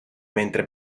mentre